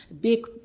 big